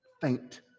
faint